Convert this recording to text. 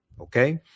Okay